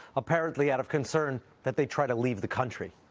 apparently out of concern that they tried to leave the country.